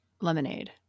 lemonade